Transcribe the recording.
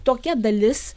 tokia dalis